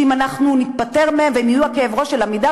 שאם אנחנו ניפטר מהם והם יהיו הכאב-ראש של "עמידר",